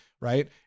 right